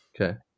Okay